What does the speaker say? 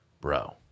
bro